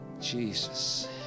Jesus